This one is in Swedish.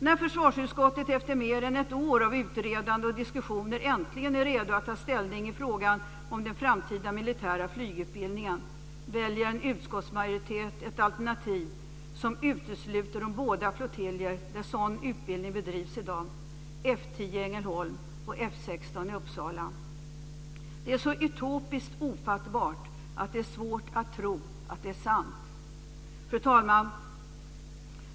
När försvarsutskottet efter mer än ett år av utredande och diskussioner äntligen är redo att ta ställning i frågan om den framtida militära flygutbildningen väljer en utskottsmajoritet ett alternativ som utesluter de båda flottiljer där sådan utbildning bedrivs i dag, F 10 i Ängelholm och F 16 i Uppsala. Det är så utopiskt ofattbart att det är svårt att tro att det är sant. Fru talman!